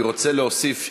אני רוצה להוסיף,